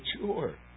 mature